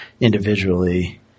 individually